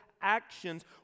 actions